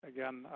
Again